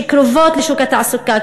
שקרובות לשוק התעסוקה,